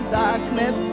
darkness